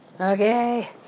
Okay